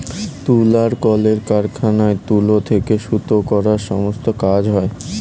তুলার কলের কারখানায় তুলো থেকে সুতো করার সমস্ত কাজ হয়